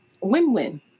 win-win